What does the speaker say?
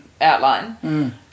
outline